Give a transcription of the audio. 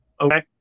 okay